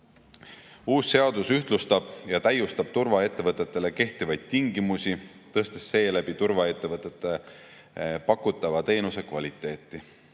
seadus ühtlustab ja täiustab turvaettevõtetele kehtivaid tingimusi, tõstes seeläbi turvaettevõtete pakutava teenuse kvaliteeti.